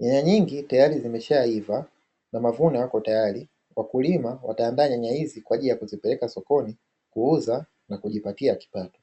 Nyanya nyingi tayari zimeshaiva na mavuno yako tayari, wakulima wataandaa nyanya hizi kwa ajili ya kuzipeleka sokoni, kuuza na kujipatia kipato.